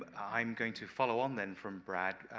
i'm going to follow on then from brad.